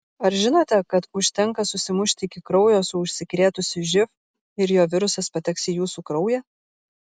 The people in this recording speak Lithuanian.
ar žinote kad užtenka susimušti iki kraujo su užsikrėtusiu živ ir jo virusas pateks į jūsų kraują